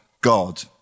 God